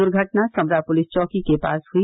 दुर्घटना संवरा पुलिस चौकी के पास हुई